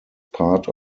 part